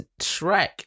Shrek